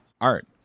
art